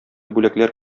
бүләкләр